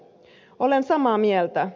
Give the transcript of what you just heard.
olen samaa mieltä